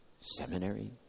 seminary